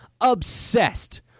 obsessed